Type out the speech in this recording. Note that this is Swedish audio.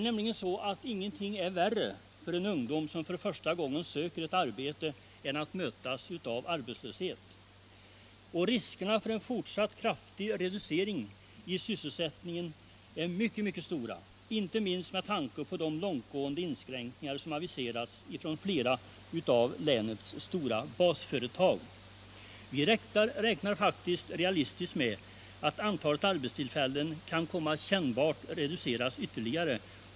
Ingenting Rs anddogredör är värre för en ung person som för första gången söker ett arbete än Om utsträckt tid för att mötas av arbetslöshet. Riskerna för en fortsatt kraftig reducering av statsbidrag till sysselsättningen är mycket stora, inte minst på grund av de långtgående = beredskapsarbeten inskränkningar som aviserats av flera av länets stora basföretag. Vi räknar — för ungdom faktiskt realistiskt med att antalet arbetstillfällen kan komma att kännbart reduceras ytterligare.